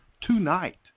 tonight